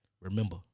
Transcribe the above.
Remember